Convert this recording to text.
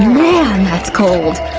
man, that's cold!